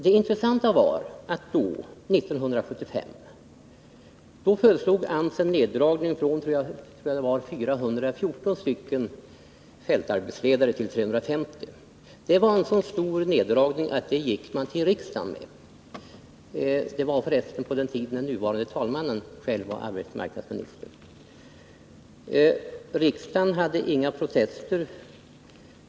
Det intressanta var att AMS 1975 föreslog en neddragning från 414 fältarbetsledare till 350. Det var en så stor neddragning att man gick till regering och riksdag — det var förresten på den tiden då nuvarande talmannen var arbetsmarknadsminister. Riksdagen hade inga invändningar.